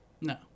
No